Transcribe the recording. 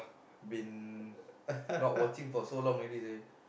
been not watching for so long already seh